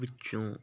ਵਿੱਚੋਂ